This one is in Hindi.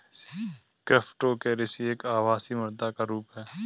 क्रिप्टोकरेंसी एक आभासी मुद्रा का रुप है